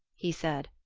he said,